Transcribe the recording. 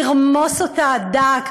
לרמוס אותה עד דק.